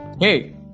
hey